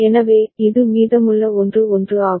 எனவே இது மீதமுள்ள 1 1 ஆகும்